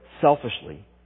selfishly